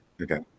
okay